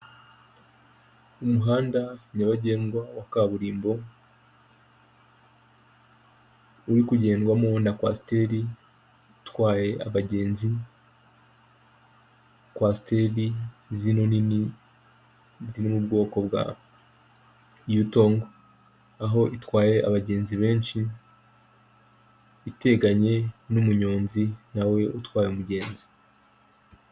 Umuhanda nyabagendwa wa kaburimbo, uri kugendwamo na kwasiteri itwaye abagenzi, kwasiteri zino nini ziri mu bwoko bwa Yutongo aho itwaye abagenzi benshi, iteganye n'umuyonzi nawe utwaye umugenzi.